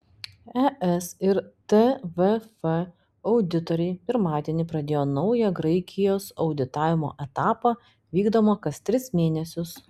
es ir tvf auditoriai pirmadienį pradėjo naują graikijos auditavimo etapą vykdomą kas tris mėnesius